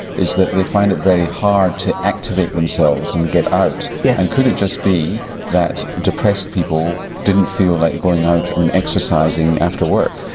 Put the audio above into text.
that they find it very hard to activate themselves and get out yeah and could it just be that depressed people didn't feel like going out and exercising after work?